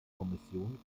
kommission